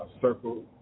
circle